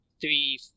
three